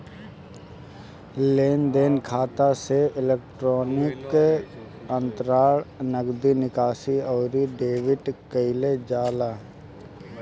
लेनदेन खाता से इलेक्ट्रोनिक अंतरण, नगदी निकासी, अउरी डेबिट कईल जाला